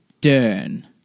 Dern